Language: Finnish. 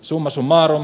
summa summarum